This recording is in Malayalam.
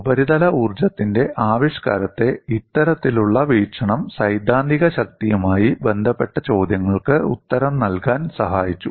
ഉപരിതല ഊർജ്ജത്തിന്റെ ആവിഷ്കാരത്തെ ഇത്തരത്തിലുള്ള വീക്ഷണം സൈദ്ധാന്തിക ശക്തിയുമായി ബന്ധപ്പെട്ട ചോദ്യങ്ങൾക്ക് ഉത്തരം നൽകാൻ സഹായിച്ചു